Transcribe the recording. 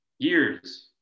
Years